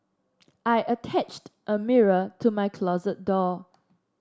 I attached a mirror to my closet door